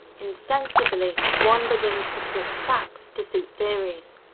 insensibly one begins to twist facts to suit theories,